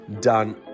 done